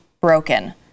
broken